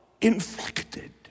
infected